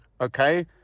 okay